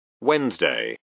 Wednesday